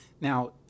Now